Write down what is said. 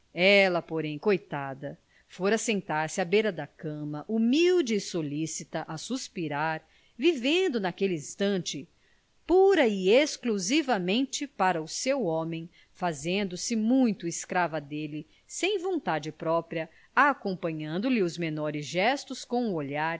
ela porém coitada fora assentar-se à beira da cama humilde e solicita a suspirar vivendo naquele instante para e exclusivamente para o seu homem fazendo-se muito escrava dele sem vontade própria acompanhando lhe os menores gestos com o olhar